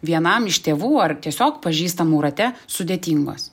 vienam iš tėvų ar tiesiog pažįstamų rate sudėtingos